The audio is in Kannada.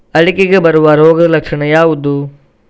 ಅಡಿಕೆಗೆ ಬರುವ ರೋಗದ ಲಕ್ಷಣ ಯಾವುದು?